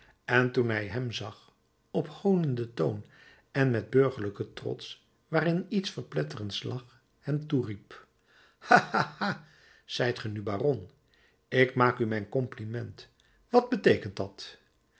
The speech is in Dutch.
en toen hij hem zag op hoonenden toon en met burgerlijken trots waarin iets verpletterends lag hem toeriep ha ha ha ha zijt ge nu baron ik maak u mijn compliment wat beteekent dat